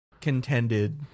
contended